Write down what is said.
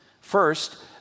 First